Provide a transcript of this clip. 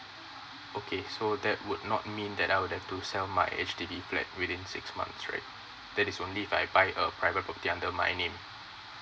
okay so that would not mean that I'll have to sell my H_D_B flat within six month right that is only by buy a private property under my name